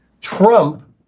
Trump